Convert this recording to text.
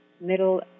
middle